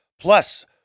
Plus